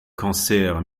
cancers